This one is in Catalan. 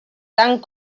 tant